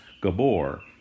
Gabor